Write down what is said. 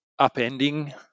upending